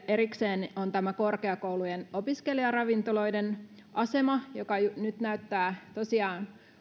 erikseen esille on korkeakoulujen opiskelijaravintoloiden asema ne näyttävät nyt tosiaan